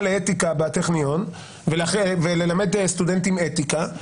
לאתיקה בטכניון כדי ללמד סטודנטים אתיקה.